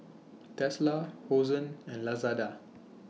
Tesla Hosen and Lazada